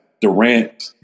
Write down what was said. Durant